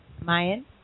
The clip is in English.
Mayan